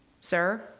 Sir